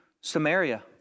Samaria